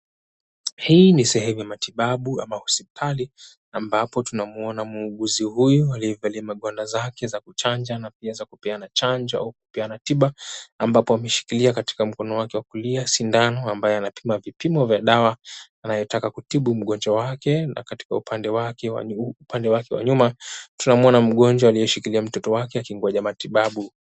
Hii ni sehemu ya matibabu ama hospitali ambapo tunamuona muuguzi huyu aliyevaa magwanda zake za kuchanja na pia za kupeana chanjo au kupeana tiba ambapo ameshikilia katika mkono wake wa kulia sindano ambaye anapima vipimo vya dawa anayotaka kutibu mgonjwa wake na katika upande wake wa upande wake wa nyuma tunamuona mgonjwa aliyeshikilia mtoto wake akingoja matibabu.